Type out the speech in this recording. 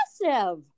impressive